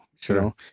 Sure